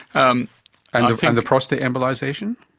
um and and the prostate embolisation?